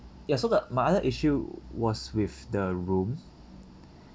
ya so the my other issue was with the room